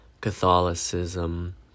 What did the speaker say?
Catholicism